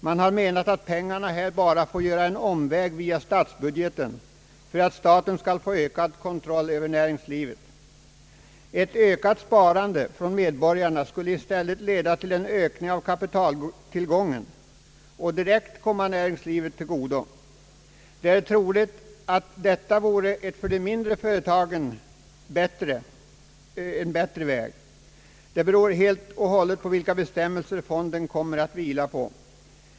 Man anser att pengarna bara får göra en omväg via statsbudgeten för att staten skall få ökad kontroll över näringslivet. Ett ökat sparande från medborgarna skulle i stället leda till en ökning av kapitaltillgången och direkt komma näringslivet till godo. Det är troligt att detta vore en för de mindre företagen bättre väg. Det beror helt på vilka bestämmelser fonden kommer att vila på.